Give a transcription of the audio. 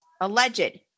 alleged